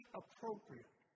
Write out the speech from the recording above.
appropriate